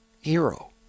hero